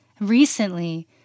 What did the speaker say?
Recently